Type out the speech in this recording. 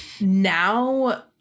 now